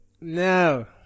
No